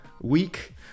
week